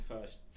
first